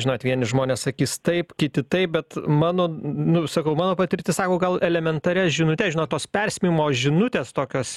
žinot vieni žmonės sakys taip kiti taip bet mano nu sakau mano patirtis sako gal elementarias žinutes žinot tos perspėjimo žinutės tokios